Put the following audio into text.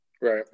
Right